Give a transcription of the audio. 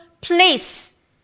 place